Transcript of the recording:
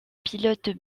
pilotes